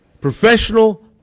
professional